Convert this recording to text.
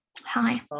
Hi